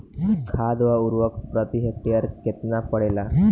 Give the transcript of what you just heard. खाध व उर्वरक प्रति हेक्टेयर केतना पड़ेला?